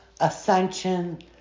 ascension